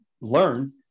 learn